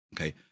Okay